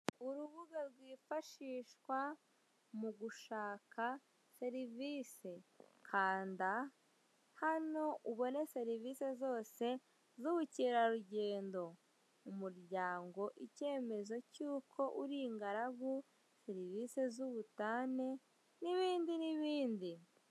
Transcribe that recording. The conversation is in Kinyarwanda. Urubuga rwifashishwa mu gushaka serivise kanda hano ubone serivise zose z'ubukererugendo. Umuryango ikemezo cy'uko uri ingaragu, serivise z'ubutane n'ibindi n'ibindi.